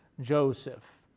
Joseph